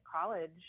college